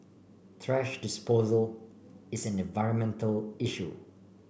thrash disposal is an environmental issue